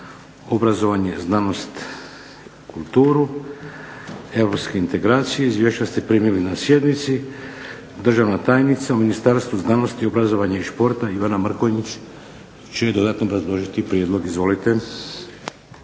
obrazovanje, znanost, kulturu, europske integracije. Izvješća ste primili na sjednici. Državna tajnica u Ministarstvu znanosti, obrazovanja i športa Ivana Mrkonjić će dodatno obrazložiti prijedlog. Izvolite.